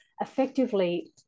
Effectively